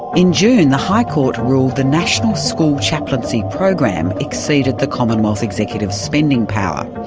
in june the high court ruled the national school chaplaincy program exceeded the commonwealth executive spending power.